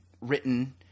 written